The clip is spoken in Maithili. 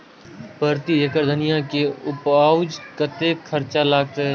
प्रति एकड़ धनिया के उपज में कतेक खर्चा लगते?